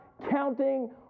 Counting